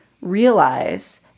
realize